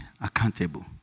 accountable